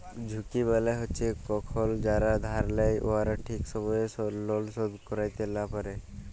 ঝুঁকি মালে হছে কখল যারা ধার লেই উয়ারা ঠিক সময়ে লল শোধ ক্যইরতে লা পারে